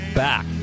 back